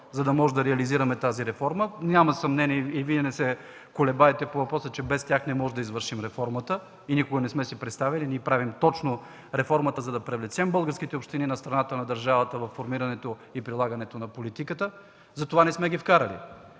за да можем да реализираме тази реформа – няма съмнение, и Вие не се колебаете по въпроса, че без тях не можем да извършим реформата и никога не сме си представяли. Ние правим точно реформата, за да привлечем българските общини на страната на държавата във формирането и прилагането на политиката, затова не сме ги вкарали.